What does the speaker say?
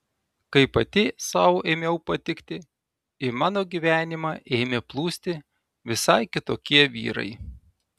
kai pati sau ėmiau patikti į mano gyvenimą ėmė plūsti visai kitokie vyrai